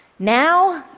now,